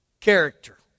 character